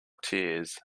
tears